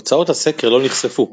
תוצאות הסקר לא נחשפו,